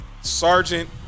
Sergeant